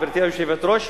גברתי היושבת-ראש,